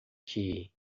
que